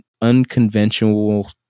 unconventional